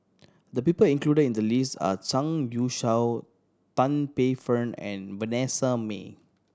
the people included in the list are Zhang Youshuo Tan Paey Fern and Vanessa Mae